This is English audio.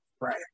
Right